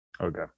Okay